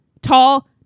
tall